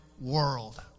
world